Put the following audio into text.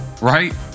right